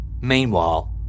Meanwhile